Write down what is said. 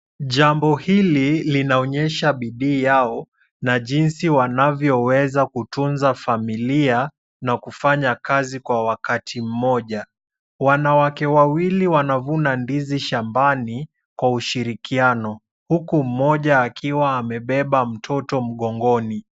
Jambo hili linaonyesha bidii yao, na jinsi wanavyo weza kutunza familia, na kufanya kazi kwa wakati mmoja. Wanawake wawili wanavuna ndizi shambani, kwa ushirikiano, huku mmoja akiwa amebeba mtoto mgongoni.